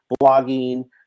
blogging